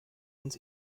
ins